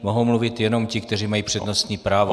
Mohou mluvit jenom ti, kteří mají přednostní právo.